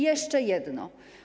Jeszcze jedno.